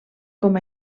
com